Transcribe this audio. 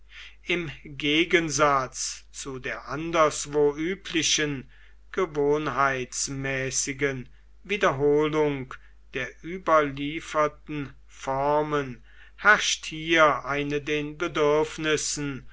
im gegensatz zu der anderswo üblichen gewohnheitsmäßigen wiederholung der überlieferten formen herrscht hier eine den bedürfnissen